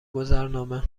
گذرنامه